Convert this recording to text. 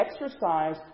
exercise